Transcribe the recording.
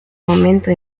momento